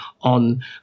on